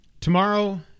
Tomorrow